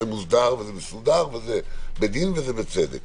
זה מסודר, וזה בדין וזה בצדק.